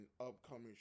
upcoming